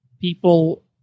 people